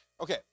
okay